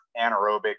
anaerobic